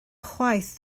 chwaith